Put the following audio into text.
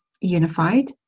unified